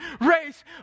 race